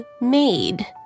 Made